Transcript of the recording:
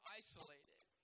isolated